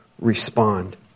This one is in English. respond